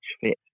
fit